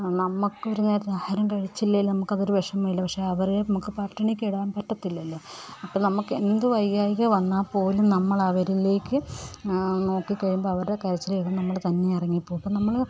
നമ്മൾക്ക് ഒരു നേരത്തെ ആഹാരം കഴിച്ചില്ലെങ്കിലും നമുക്ക് അത് ഒരു വിഷമമില്ല പക്ഷേ അവരെ നമുക്ക് പട്ടിണിക്ക് ഇടാൻ പറ്റത്തില്ലല്ലോ അപ്പോൾ നമുക്ക് എന്ത് വയ്യായ്ക വന്നാൽ പോലും നമ്മൾ അവരിലേക്ക് നോക്കി കഴിയുമ്പോൾ അവരുടെ കരച്ചിൽ കേൾക്കുമ്പോൾ നമ്മൾ തന്നെ ഇറങ്ങിപ്പോകും ഇപ്പോൾ നമ്മൾ